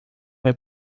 vai